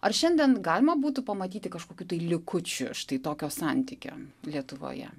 ar šiandien galima būtų pamatyti kažkokių tai likučių štai tokio santykio lietuvoje